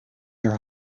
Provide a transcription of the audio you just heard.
your